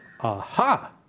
aha